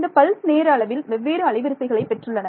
இந்த பல்ஸ் நேர அளவில் வெவ்வேறு அலைவரிசைகளை பெற்றுள்ளன